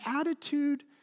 attitude